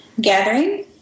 gathering